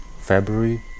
February